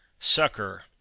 Sucker